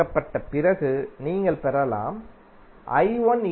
தீர்க்கப்பட்ட பிறகு நீங்கள் பெறலாம் I1 0